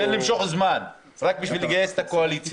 -- בין משיכת זמן רק בשביל לגייס את הקואליציה.